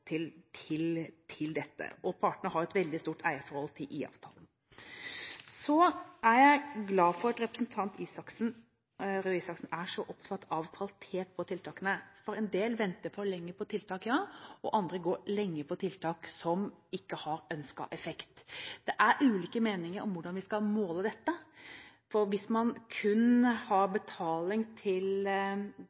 et eierforhold til dette, og partene har et veldig stort eierforhold til IA-avtalen. Så er jeg glad for at representanten Røe Isaksen er så opptatt av kvalitet på tiltakene, for en del venter for lenge på tiltak – ja – og andre går lenge på tiltak som ikke har ønsket effekt. Det er ulike meninger om hvordan vi skal måle dette, for hvis man kun har betaling til